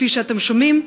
כפי שאתם שומעים,